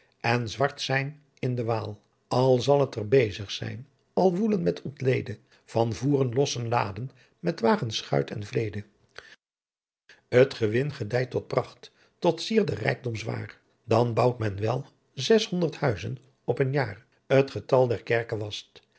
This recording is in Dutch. en zwart zijn in de waal al zal t er bezig zijn al woelen met onlede van voeren lossen laên met wagen schuit en flede adriaan loosjes pzn het leven van hillegonda buisman t gewin gedijt tot pracht tot sier de rijkdoom zwaar dan bouwt men wel zeshondert huizen op een jaar t getal der kerken wast